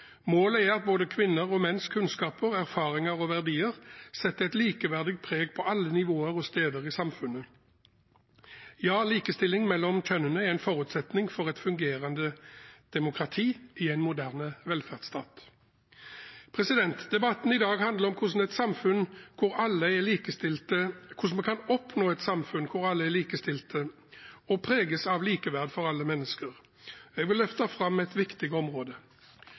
Målet er at både kvinner og menns kunnskaper, erfaringer og verdier setter et likeverdig preg på alle nivåer og steder i samfunnet. Ja, likestilling mellom kjønnene er en forutsetning for et fungerende demokrati i en moderne velferdsstat. Debatten i dag handler om hvordan man kan oppnå et samfunn hvor alle er likestilte og preges av likeverd for alle mennesker. Jeg vil løfte fram et viktig område.